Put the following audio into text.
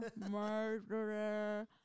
murderer